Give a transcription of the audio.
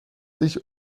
sich